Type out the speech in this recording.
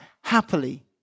happily